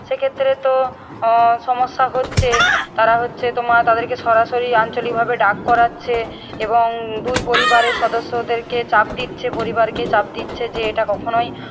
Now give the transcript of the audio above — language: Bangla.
সেক্ষেত্রে তো সমস্যা হচ্ছে তারা হচ্ছে তোমার তাদেরকে সরাসরি আঞ্চলিকভাবে ডাক করাচ্ছে এবং দুই পরিবারের সদস্যদেরকে চাপ দিচ্ছে পরিবারকে চাপ দিচ্ছে যে এটা কখনোই